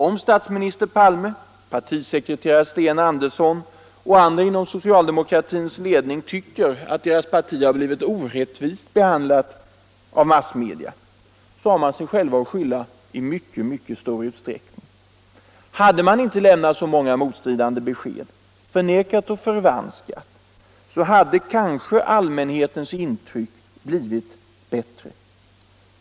Om statsminister Palme, partisekreterare Sten Andersson och andra inom socialdemokratins ledning tycker att deras parti har blivit orättvist behandlat av massmedia, så har man sig själv att skylla i mycket stor utsträckning. Hade man inte lämnat så många mot Om skyldighet för stridande besked, förnekat och förvanskat, så hade kanske allmänhetens = politiskt parti att intryck blivit bättre.